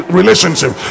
relationship